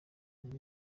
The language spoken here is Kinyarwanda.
ubu